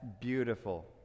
beautiful